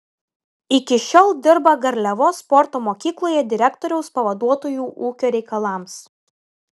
iki šiol dirba garliavos sporto mokykloje direktoriaus pavaduotoju ūkio reikalams